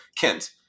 kent